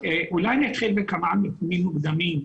אולי אני אתחיל בכמה נתונים מוקדים.